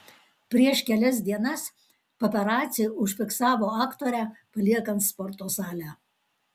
prieš kelias dienas paparaciai užfiksavo aktorę paliekant sporto salę